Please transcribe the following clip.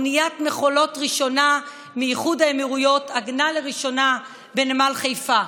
אוניית מכולות ראשונה מאיחוד האמירויות עגנה לראשונה בנמל חיפה.